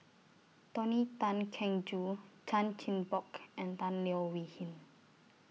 Tony Tan Keng Joo Chan Chin Bock and Tan Leo Wee Hin